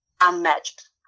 unmatched